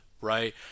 right